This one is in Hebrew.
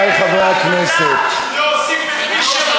לא, כיבו את זה.